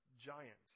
giants